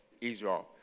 Israel